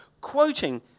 quoting